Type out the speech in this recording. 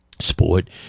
sport